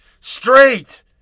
Straight